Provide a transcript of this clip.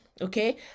Okay